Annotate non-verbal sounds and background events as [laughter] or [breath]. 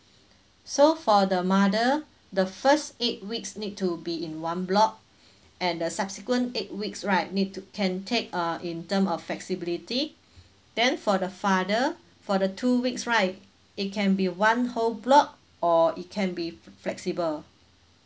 so for the mother the first eight weeks need to be in one block [breath] and the subsequent eight weeks right need to can take uh in term of flexibility then for the father for the two weeks right it can be one whole block or it can be fl~ flexible